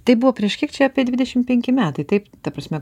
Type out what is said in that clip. tai buvo prieš kiek čia apie dvidešim penki metai taip ta prasme